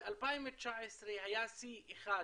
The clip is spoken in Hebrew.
ב-2019 היה שיא אחד